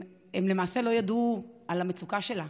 למעשה, הם לא ידעו על המצוקה שלה,